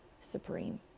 supreme